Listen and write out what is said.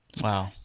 Wow